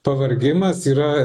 pavargimas yra